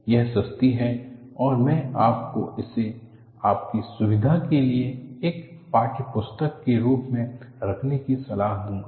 यह सस्ती है और मैं आपको इसे आपकी सुविधा के लिए एक पाठ्यपुस्तक के रूप में रखने की सलाह दूंगा